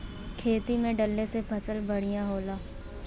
खेती में डलले से फसल बढ़िया होला